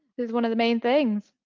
is one of the main things.